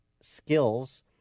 skills